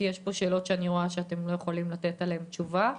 יש פה שאלות שאנחנו לא יכולים לקבל תשובה עליהן